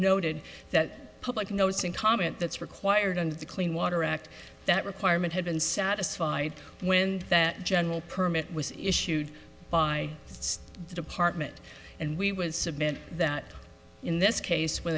noted that public notice and comment that's required under the clean water act that requirement had been satisfied when that general permit was issued by the department and we would submit that in this case whe